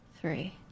three